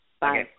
Bye